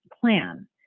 plan